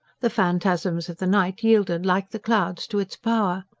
the phantasms of the night yielded like the clouds to its power.